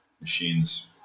machines